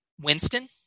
Winston